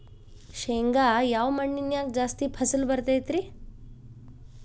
ಶೇಂಗಾ ಯಾವ ಮಣ್ಣಿನ್ಯಾಗ ಜಾಸ್ತಿ ಫಸಲು ಬರತೈತ್ರಿ?